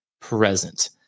present